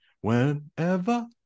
whenever